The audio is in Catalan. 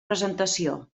presentació